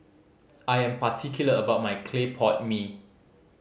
I am particular about my clay pot mee